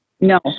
No